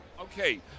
Okay